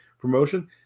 promotion